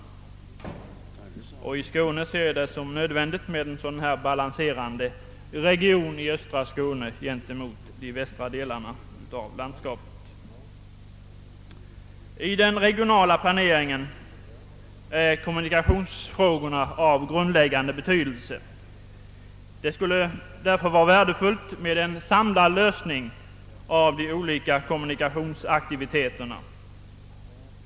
Vi ser det som nödvändigt med en sådan region i östra Skåne som kan balansera de västra delarna av landskapet. I den regionala planeringen är kommunikationsfrågorna av grundläggande betydelse. Det skulle därför vara värdefullt med en samlad lösning för de olika kommunikationsaktiviteterna.